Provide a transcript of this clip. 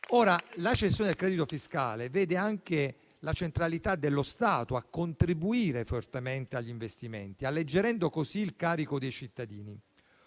La cessione del credito fiscale vede anche la centralità dello Stato nel contribuire fortemente agli investimenti, alleggerendo così il carico dei cittadini.